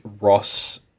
Ross